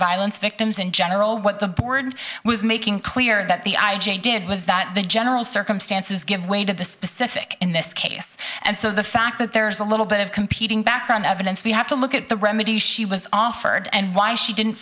violence victims in general what the board was making clear that the i j a did was that the general circumstances give way to the specific in this case and so the fact that there's a little bit of competing background evidence we have to look at the remedies she was offered and why she didn't